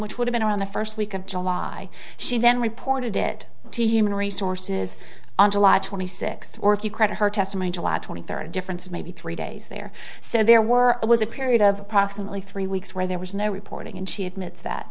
which would have been around the first week of july she then reported it to human resources on july twenty sixth or if you credit her testimony july twenty third difference of maybe three days there so there were was a period of approximately three weeks where there was no reporting and she admits that